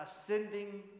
ascending